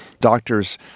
doctors